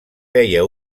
feia